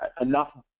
enough